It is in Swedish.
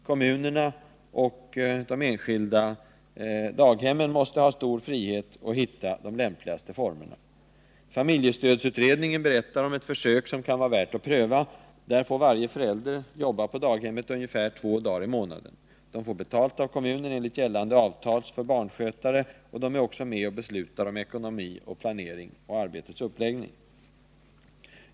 Kommunerna och de enskilda daghemmen måste ha stor frihet att hitta de lämpligaste formerna för detta. Familjestödsutredningen berättar om ett försök som kan vara värt att pröva. Där får varje förälder arbeta på daghemmet ungefär två dagar i månaden. De får betalt av kommunen enligt gällande avtal för barnskötare, och de är också med och beslutar om ekonomi, planering och arbetets uppläggning.